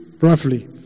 roughly